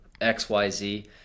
xyz